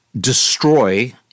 destroy